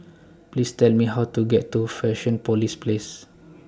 Please Tell Me How to get to Fusionopolis Place